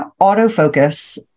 autofocus